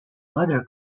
other